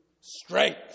strength